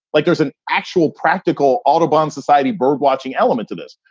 like there's an actual practical audubon society bird watching element to this.